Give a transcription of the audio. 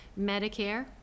Medicare